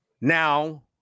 Now